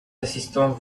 assistants